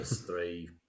three